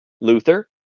Luther